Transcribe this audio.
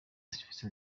serivise